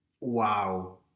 wow